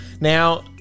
Now